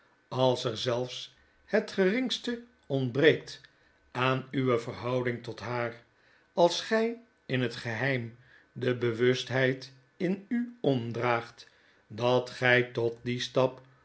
als er zelfs het geringste ontbreekt aan uwe verhouding tot haar als gy in het geheim de bewustheid in u omdraagt dat gytotdien stap